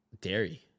dairy